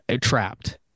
trapped